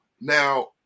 now